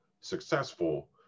successful